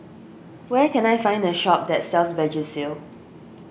where can I find a shop that sells Vagisil